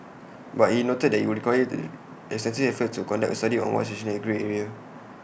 but he noted that IT would required extensive efforts to conduct A study on what is essentially A grey area